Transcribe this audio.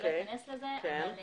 לא אכנס לזה, אבל